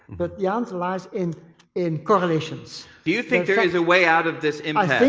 but the answer lies in in correlations. do you think there is a way out of this impasse?